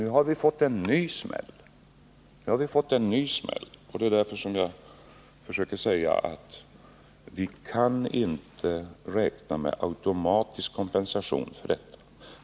Nu har vi fått en ny smäll, och det är därför som jag försökte säga att vi kan inte räkna med automatisk kompensation för detta.